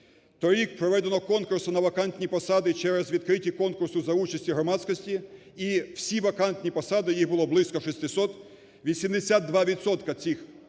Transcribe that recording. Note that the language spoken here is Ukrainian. Той рік проведено конкурс на вакантні посади через відкриті конкурси за участю громадськості. І всі вакантні посади, їх було близько 600, 82 відсотка